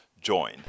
join